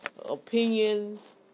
Opinions